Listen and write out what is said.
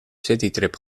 citytrip